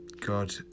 God